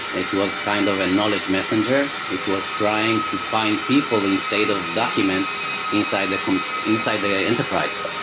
it was kind of a knowledge messenger. it was trying to find people instead of documents inside like um inside the enterprise.